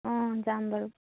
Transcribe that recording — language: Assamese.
অঁ যাম বাৰু